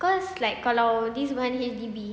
cause like kalau this one H_D_B